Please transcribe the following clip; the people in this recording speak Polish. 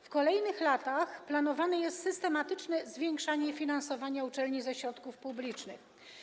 W kolejnych latach planowane jest systematyczne zwiększanie finansowania uczelni ze środków publicznych.